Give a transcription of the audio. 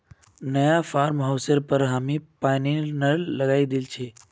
नया फार्म हाउसेर पर हामी पानीर नल लगवइ दिल छि